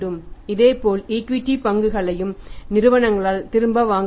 இதேபோல் ஈக்விட்டி பங்குகளையும் நிறுவனங்களால் திரும்ப வாங்க முடியும்